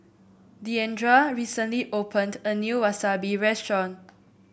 Diandra recently opened a new Wasabi restaurant